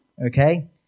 Okay